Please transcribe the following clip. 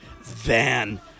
van